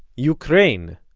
ukraine.